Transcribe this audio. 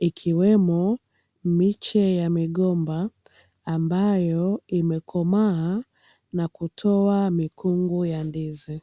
ikiwemo miche ya migomba, ambayo imekomaa na kutoa mikungu ya ndizi.